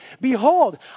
Behold